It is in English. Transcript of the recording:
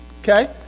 Okay